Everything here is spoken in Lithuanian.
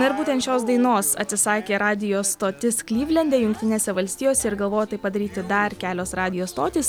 ir būtent šios dainos atsisakė radijo stotis klivlende jungtinėse valstijose ir galvoti tai padaryti dar kelios radijo stotis